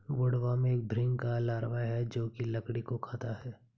woodworm एक भृंग का लार्वा है जो की लकड़ी को खाता है